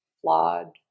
flawed